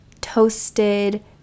Toasted